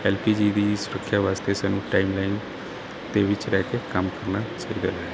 LPG ਦੀ ਸੁਰੱਖਿਆ ਵਾਸਤੇ ਸਾਨੂੰ ਟਾਈਮਲਾਈਨ ਦੇ ਵਿੱਚ ਰਹਿ ਕੇ ਕੰਮ ਕਰਨਾ ਚਾਹੀਦਾ ਹੈ